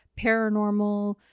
paranormal